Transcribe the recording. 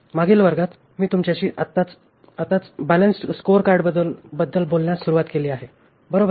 मागील वर्गात मी तुमच्याशी आताच बॅलन्सड स्कोअरकार्डबद्दल बोलण्यास सुरूवात केली बरोबर